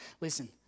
Listen